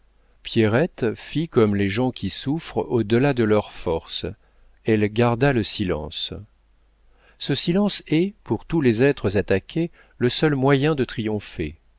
pierrette fit comme les gens qui souffrent au delà de leurs forces elle garda le silence ce silence est pour tous les êtres attaqués le seul moyen de triompher